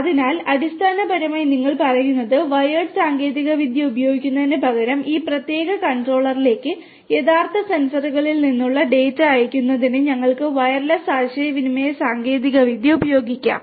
അതിനാൽ അടിസ്ഥാനപരമായി നിങ്ങൾ പറയുന്നത് വയർഡ് സാങ്കേതികവിദ്യ ഉപയോഗിക്കുന്നതിനുപകരം ഈ പ്രത്യേക കൺട്രോളറിലേക്ക് യഥാർത്ഥ സെൻസറുകളിൽ നിന്നുള്ള ഡാറ്റ അയയ്ക്കുന്നതിന് ഞങ്ങൾക്ക് വയർലെസ് ആശയവിനിമയ സാങ്കേതികവിദ്യ ഉപയോഗിക്കാം